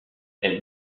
elle